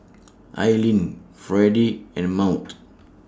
Aylin Fredy and Maud